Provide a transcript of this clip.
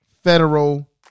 federal